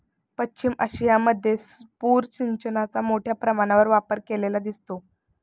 पश्चिम आशियामध्ये पूर सिंचनाचा मोठ्या प्रमाणावर वापर केलेला दिसतो